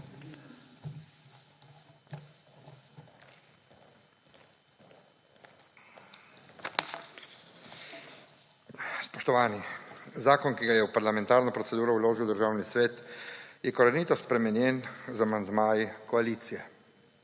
Spoštovani! Zakon, ki ga je v parlamentarno proceduro vložil Državni svet, je korenito spremenjen z amandmaji koalicije.